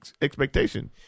expectation